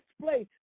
display